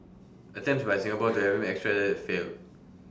attempts by Singapore to have him extradited failed